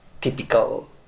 typical